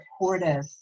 supportive